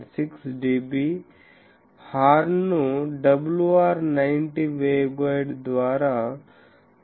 horn ను WR 90 waveguide ద్వారా fed చేస్తారు